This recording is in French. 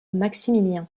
maximilien